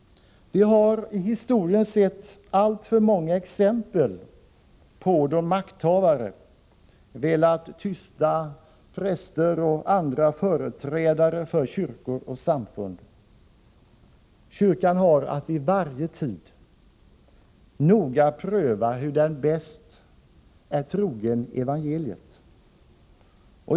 Vi har i historien sett alltför många exempel då makthavare velat tysta präster och andra företrädare för kyrkor och samfund. Kyrkan har att i varje tid noga pröva hur den bäst är trogen evangeliet.